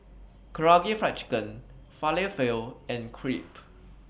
Karaage Fried Chicken Falafel and Crepe